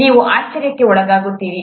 ನೀವು ಆಶ್ಚರ್ಯಕ್ಕೆ ಒಳಗಾಗುತ್ತೀರಿ